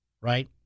right